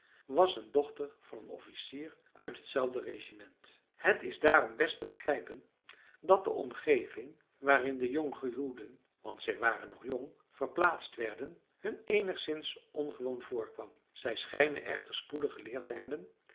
was een dochter van een officier uit hetzelfde regiment het is daarom best te begrijpen dat de omgeving waarin de jonggehuwden want zij waren nog jong verplaatst werden hun eenigszins ongewoon voorkwam zij schijnen echter spoedig geleerd te hebben